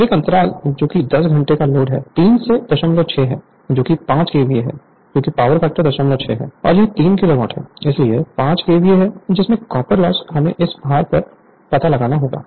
अब एक अंतराल जो कि 10 घंटे का लोड है 3 से 06 है जो कि 5 केवीए है क्योंकि पावर फैक्टर 06 है और यह 3 किलोवाट है इसलिए 5 केवीए है जिसमें कॉपर लॉस हमें इस भार का पता लगाना होगा